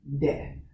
death